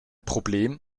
problem